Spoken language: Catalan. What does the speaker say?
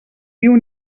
viu